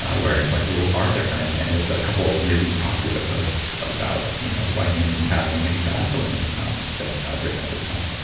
where like the rules are different and there's a couple really popular posts about you know why intermittent fasting can be bad for women um that i've written over the time.